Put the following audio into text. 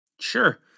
Sure